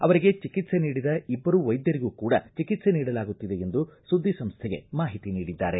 ಅವರಿಗೆ ಚಿಕಿತ್ಸೆ ನೀಡಿದ ಇಬ್ಬರು ವೈದ್ಯರಿಗೂ ಕೂಡ ಚಿಕಿತ್ಸ ನೀಡಲಾಗಿದೆ ಎಂದು ಸುದ್ದಿ ಸಂಸ್ಥೆಗೆ ಮಾಹಿತಿ ನೀಡಿದ್ದಾರೆ